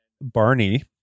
Barney